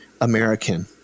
American